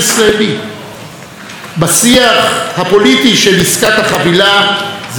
בשיח הפוליטי של עסקת החבילה זה הכול או כלום,